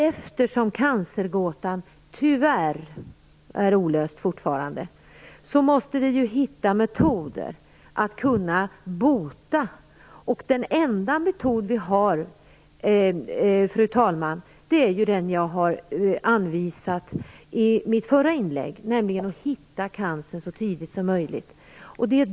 Eftersom cancergåtan tyvärr fortfarande är olöst måste vi hitta metoder att bota. Den enda metod som vi har, fru talman, är den som jag anvisade i mitt förra inlägg, nämligen att försöka hitta cancertumören så tidigt som möjligt.